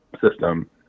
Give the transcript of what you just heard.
system